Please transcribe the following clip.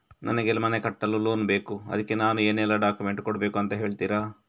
ನನಗೆ ಮನೆ ಕಟ್ಟಲು ಲೋನ್ ಬೇಕು ಅದ್ಕೆ ನಾನು ಏನೆಲ್ಲ ಡಾಕ್ಯುಮೆಂಟ್ ಕೊಡ್ಬೇಕು ಅಂತ ಹೇಳ್ತೀರಾ?